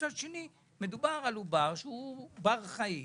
ומצד שני מדובר בעובר בר חיים